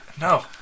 No